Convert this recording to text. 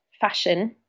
fashion